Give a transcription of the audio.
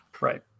right